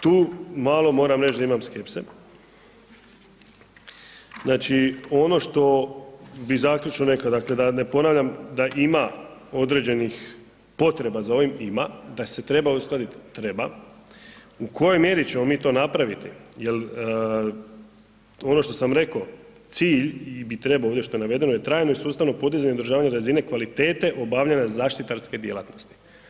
Tu malo moram reć da imam skepse, znači ono što bi zaključno rekao, dakle da ne ponavljam da ima određenih potreba za ovim, ima, da se treba uskladiti, treba, u kojoj mjeri ćemo mi to napraviti jer ono što sam rekao, cilj bit trebao i ovdje što je navedeno je trajno i sustavno podizanje održavanje razine kvalitete obavljanja zaštitarske djelatnosti.